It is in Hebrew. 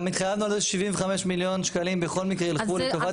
התחייבנו ש-75 מיליון שקלים בכל מקרה יילכו לטובת ניתוחים.